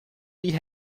die